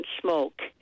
smoke